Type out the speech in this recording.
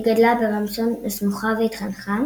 היא גדלה ברמסון הסמוכה והתחנכה